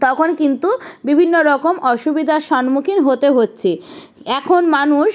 তখন কিন্তু বিভিন্ন রকম অসুবিধার সম্মুখীন হতে হচ্ছে এখন মানুষ